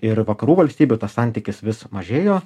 ir vakarų valstybių tas santykis vis mažėjo